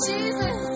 Jesus